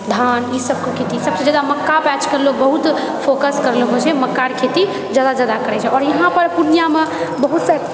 धान ई सबके सबसँ जादा मक्का पर आजकल लोग बहुत फोकस कऽ रहलो छै मक्काके खेती जगह जगह करैछे आओर यहाँपर पूर्णियाँमे